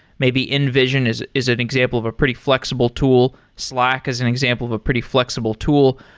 maybe invision is is an example of a pretty flexible tool slack as an example of a pretty flexible tool.